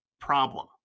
problem